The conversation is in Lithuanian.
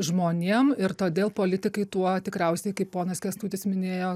žmonėm ir todėl politikai tuo tikriausiai kaip ponas kęstutis minėjo